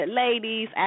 ladies